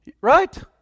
Right